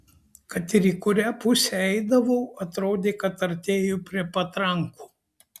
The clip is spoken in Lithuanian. kad ir į kurią pusę eidavau atrodė kad artėju prie patrankų